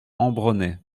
ambronay